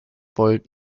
volt